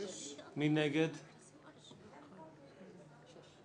6 נמנעים, אין הרביזיה על סעיף 47 לא